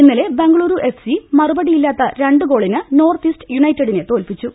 ഇന്നലെ ബംഗളുരു എഫ്സി മറുപ ടിയില്ലാത്ത രണ്ട് ഗോളിന് നോർത്ത് ഈസ്റ്റ് യുണൈറ്റഡിനെ തോൽപിച്ചു